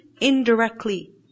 indirectly